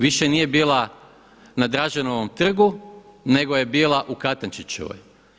Više nije bila na Draženovom trgu, nego je bila u Katančićevoj.